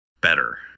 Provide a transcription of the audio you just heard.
better